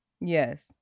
Yes